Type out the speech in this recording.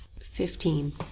fifteen